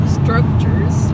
structures